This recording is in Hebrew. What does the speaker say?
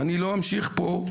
אני לא אמשיך פה,